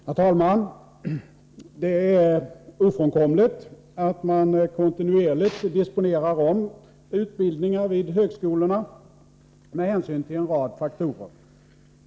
Herr talman! Det är ofrånkomligt att man kontinuerligt disponerar om utbildningar vid högskolorna med hänsyn till en rad faktorer.